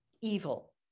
evil